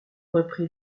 reprit